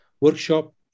workshop